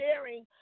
sharing